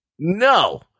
No